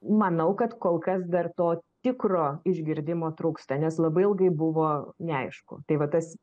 manau kad kol kas dar to tikro išgirdimo trūksta nes labai ilgai buvo neaišku tai va tas